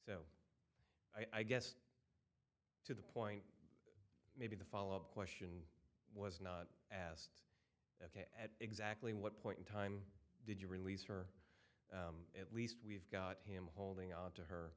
arm i guess to the point maybe the follow up question was not asked at exactly what point in time did you release her at least we've got him holding on to her